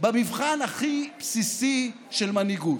במבחן הכי בסיסי של מנהיגות: